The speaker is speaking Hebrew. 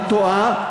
את טועה,